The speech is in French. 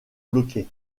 bloqué